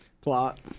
Plot